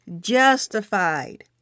justified